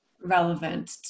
relevant